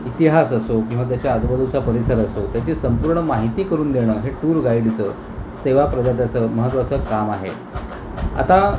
इतिहास असो किंवा त्याच्या आजूबाजूचा परिसर असो त्याची संपूर्ण माहिती करून देणं हे टूर गाईडचं सेवा प्रदात्याचं महत्त्वाचं काम आहे आता